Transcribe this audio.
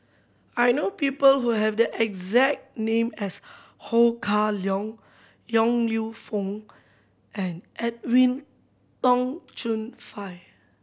I know people who have the exact name as Ho Kah Leong Yong Lew Foong and Edwin Tong Chun Fai